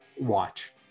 watch